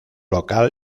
local